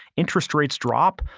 interest rates drop.